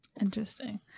Interesting